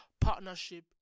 partnership